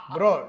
Bro